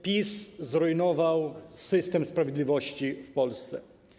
PiS zrujnował system sprawiedliwości w Polsce.